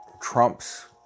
Trump's